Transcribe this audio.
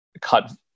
cut